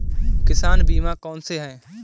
किसान बीमा कौनसे हैं?